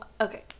Okay